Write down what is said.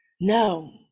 no